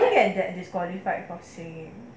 I think we get disqualified for singing